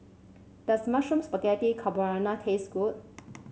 does Mushroom Spaghetti Carbonara taste good